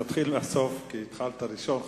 נתחיל מהסוף, כי התחלת ראשון.